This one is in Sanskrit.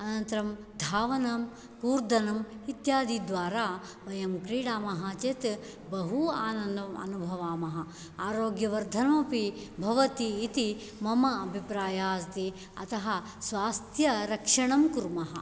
अनन्तरं धावनं कूर्दनम् इत्यादिद्वारा वयं क्रीडामः चेत् बहु आनन्दम् अनुभवामः आरोग्यवर्धनमपि भवति इति मम अभिप्रायः अस्ति अतः स्वास्थ्यरक्षणं कुर्मः